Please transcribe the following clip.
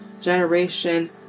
generation